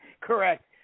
Correct